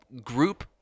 group